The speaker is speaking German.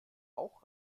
auch